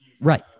Right